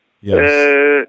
Yes